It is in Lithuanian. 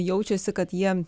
jaučiasi kad jie